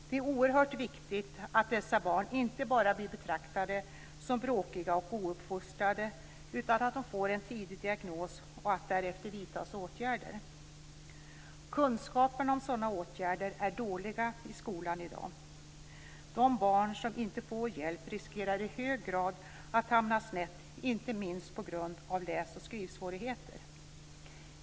Det är oerhört viktigt att dessa barn inte bara blir betraktade som bråkiga och ouppfostrade utan att de får en tidig diagnos och att det därefter vidtas åtgärder. Kunskaperna om sådana åtgärder är dåliga i skolan i dag. De barn som inte får hjälp riskerar i hög grad att hamna snett, inte minst på grund av läs och skrivsvårigheter.